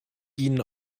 ihnen